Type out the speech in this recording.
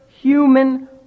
human